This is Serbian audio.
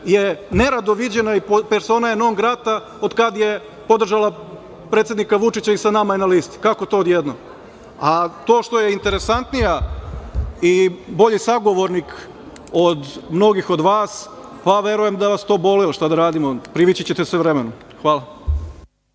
je nerado viđena i persona je non grata od kada je podržala predsednika Vučića i sa nama je na listi? Kako to odjednom? To što je interesantnija i bolji sagovornik od mnogih od vas, pa verujem da vas to boli, ali šta da radim onda. Privići ćete se vremenom. Hvala.